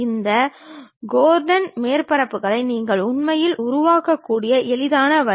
இந்த கோர்டன் மேற்பரப்புகளை நீங்கள் உண்மையில் உருவாக்கக்கூடிய எளிதான வழி